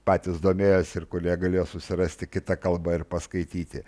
patys domėjosi ir kurie galėjo susirasti kita kalba ir paskaityti